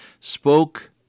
spoke